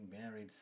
married